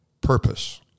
purpose